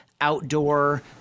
Outdoor